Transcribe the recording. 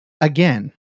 again